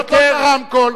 לכבות לו את הרמקול.